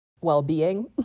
well-being